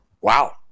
wow